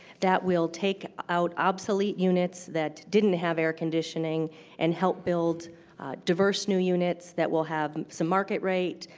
that will take out obsolete units that didn't have air conditioning and help build diverse new units that will have some market rate,